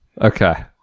Okay